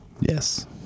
Yes